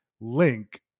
link